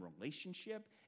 relationship